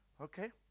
okay